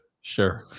Sure